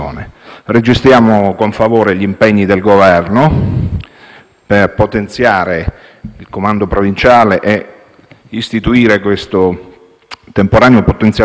per potenziare il comando provinciale e istituire questo temporaneo potenziamento dell'organico, a cui siamo certi farà seguito